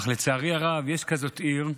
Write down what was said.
לצערי הרב, יש כזאת עיר,